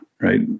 Right